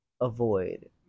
avoid